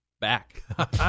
back